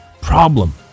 problem